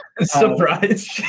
Surprise